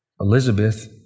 Elizabeth